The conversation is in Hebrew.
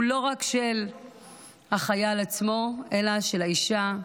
הוא לא רק של החייל עצמו אלא של האישה,